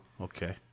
okay